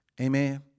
Amen